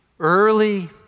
Early